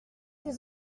des